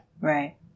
Right